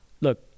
look –